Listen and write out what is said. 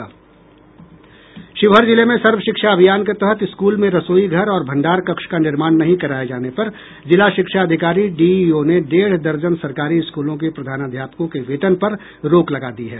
शिवहर जिले में सर्वशिक्षा अभियान के तहत स्कूल में रसोई घर और भंडार कक्ष का निर्माण नहीं कराये जाने पर जिला शिक्षा अधिकारी डीईओ ने डेढ़ दर्जन सरकारी स्कूलों के प्रधानाध्यापकों के वेतन पर रोक लगा दी है